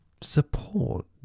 support